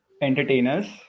entertainers